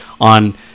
on